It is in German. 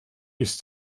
ist